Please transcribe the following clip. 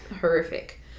horrific